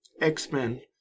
X-Men